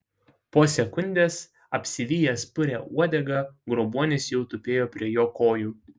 po sekundės apsivijęs puria uodega grobuonis jau tupėjo prie jo kojų